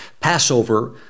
Passover